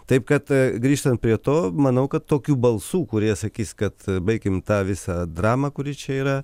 taip kad grįžtant prie to manau kad tokių balsų kurie sakys kad baikim tą visą dramą kuri čia yra